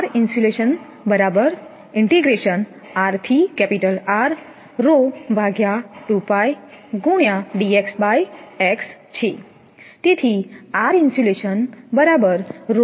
આ સમીકરણ 2 છે